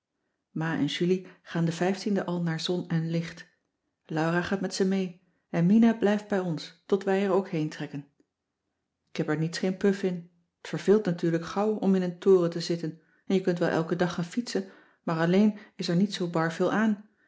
ma en julie gaan den den al naar zon en licht laura gaat met ze mee en mina blijft bij ons tot wij er ook heentrekken ik heb er niets geen puf in t verveelt natuurlijk gauw om in een toren te zitten en je kunt wel elken dag gaan fietsen maar alleen is er niet zoo bar veel aan